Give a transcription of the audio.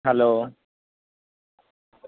hello